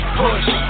push